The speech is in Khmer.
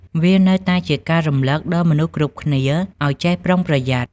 វានៅតែជាការរំឭកដល់មនុស្សគ្រប់គ្នាឱ្យចេះប្រុងប្រយ័ត្ន។